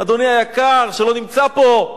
אדוני היקר, שלא נמצא פה,